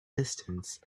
distance